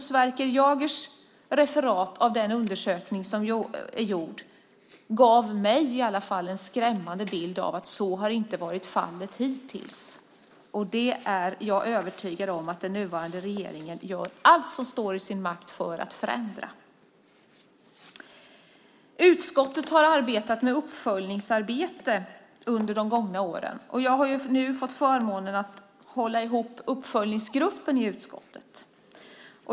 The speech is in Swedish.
Sverker Jagers referat av den undersökning som har gjorts gav åtminstone mig en skrämmande bild av att så inte har varit fallet hittills, och jag är övertygad om att den nuvarande regeringen gör allt som står i dess makt för att förändra det. Utskottet har arbetat med uppföljningsarbete under de gånga åren. Jag har nu fått förmånen att hålla ihop uppföljningsgruppen i utskottet.